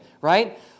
right